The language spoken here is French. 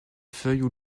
feuilles